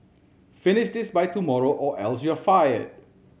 finish this by tomorrow or else you'll fired